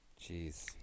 Jeez